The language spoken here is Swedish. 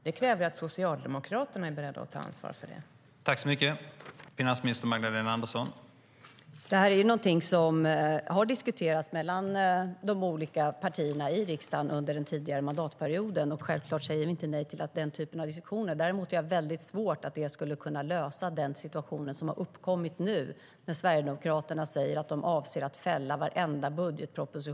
Det kräver att Socialdemokraterna är beredda att ta ansvar för det.